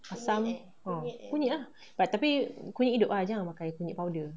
asam orh kunyit ah but tapi kunyit hidup ah jangan pakai kunyit powder